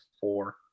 four